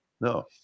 No